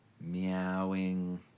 meowing